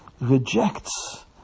rejects